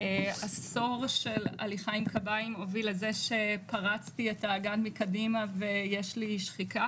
עשור של הליכה עם קביים הוביל לזה שפרצתי את האגן מקדימה ויש לי שחיקה